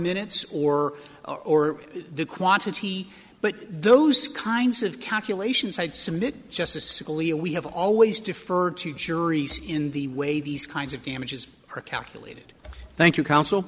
minutes or or the quantity but those kinds of calculations i'd submit justice scalia we have always defer to juries in the way these kinds of damages are calculated thank you counsel